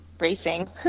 racing